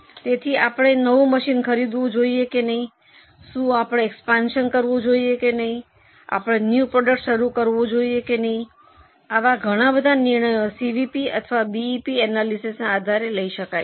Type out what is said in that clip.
તેથી આપણે નવું મશીન ખરીદવું જોઈએ કે નહીં શું આપણે એક્સપાંશન કરવું જોઈએ કે નહીં આપણે ન્યૂ પ્રોડક્ટ શરૂ કરવું જોઈએ કે નહીં આવા ઘણા નિર્ણયો સીવીપી અથવા બીઇપી એનાલિસિસના આધારે લઈ શકાય છે